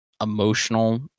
emotional